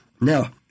Now